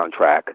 soundtrack